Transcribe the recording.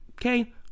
Okay